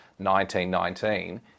1919